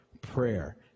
prayer